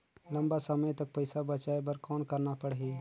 लंबा समय तक पइसा बचाये बर कौन करना पड़ही?